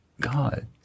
God